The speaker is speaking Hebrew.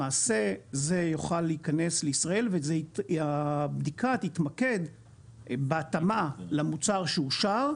למעשה זה יוכל להיכנס לישראל והבדיקה תתמקד בהתאמה למוצר שאושר,